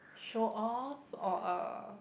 show off or uh